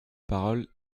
parole